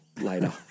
later